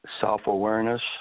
self-awareness